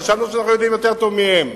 חשבנו שאנחנו יודעים יותר טוב מהם,